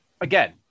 Again